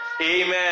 Amen